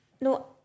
No